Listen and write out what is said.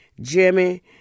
Jimmy